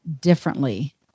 differently